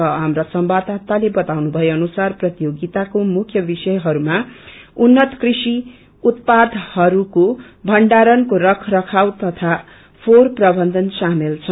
स्राप्रा संवाददाताले बताउनुभए अनुसार प्रतियोगिताको मुख्य विषयहरुमा उननत कृषि उपादहरूको थण्डारणको रख रखव तथा फोहोर प्रबन्धन शामेल छन्